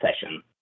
session